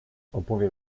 opowiem